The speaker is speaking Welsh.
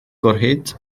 gwrhyd